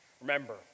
Remember